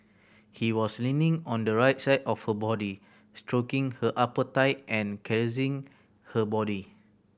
he was leaning on the right side of her body stroking her upper thigh and caressing her body